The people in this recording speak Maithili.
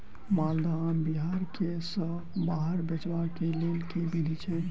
माल्दह आम बिहार सऽ बाहर बेचबाक केँ लेल केँ विधि छैय?